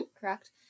correct